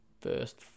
first